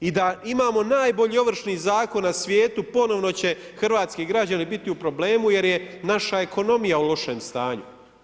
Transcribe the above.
I da imamo najbolji Ovršni zakon na svijetu, ponovno će hrvatski građani biti u problemu, jer je naša ekonomija u lošem stanju.